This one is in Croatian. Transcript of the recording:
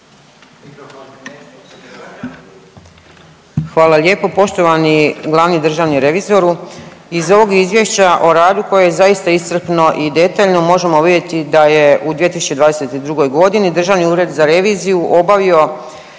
Hvala lijepo. Poštovani glavni državni revizoru, iz ovog izvješća o radu koje je zaista iscrpno i detaljno možemo vidjeti da je u 2022. godini Državni ured za reviziju obavio